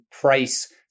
price